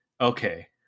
okay